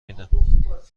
میدم